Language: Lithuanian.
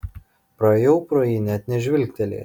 praėjau pro jį net nežvilgtelėjęs